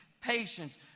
patience